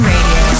Radio